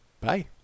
bye